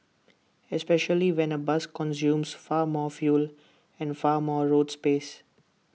especially when A bus consumes far more fuel and far more road space